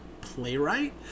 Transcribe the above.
playwright